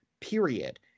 period